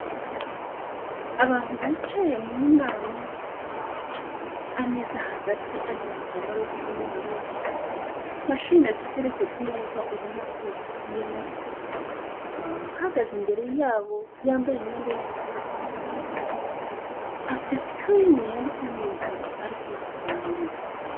Abantu bicaye mu nama, ameza hagati ariho igitambaro cy'umweru, mashina ziteretse ku meza ubona ko bahugiyemo, umuntu uhagaze imbere yabo yambaye imyenda y'icyatsi, afite sikirini yanditsemo ibintu, ari kubasobanurira.